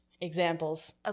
examples